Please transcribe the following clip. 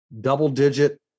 double-digit